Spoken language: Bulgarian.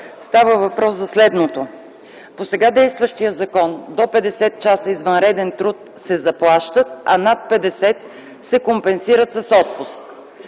Става въпрос за следното. По сега действащия закон до 50 часа извънреден труд се заплаща, а над 50 часа – се компенсира с отпуск.